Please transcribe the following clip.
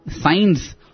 signs